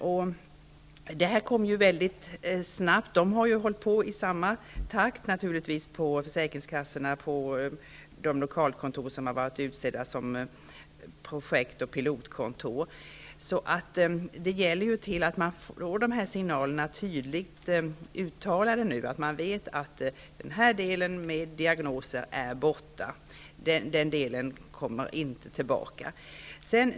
Allt det här kom väldigt snabbt. Man har ju på försäkringskassorna och på de lokalkontor som utsetts till projekt och pilotkontor hållit på i samma takt. Nu gäller det att signalerna blir tydliga, så att man vet att diagnosdelen är borttagen och att den inte kommer tillbaka.